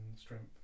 strength